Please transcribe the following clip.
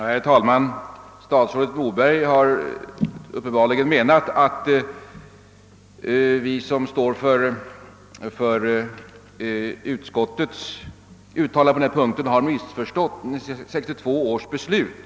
Herr talman! Statsrådet Moberg har uppenbarligen menat att vi, som står för utskottets hemställan på denna punkt, har missförstått 1962 års beslut.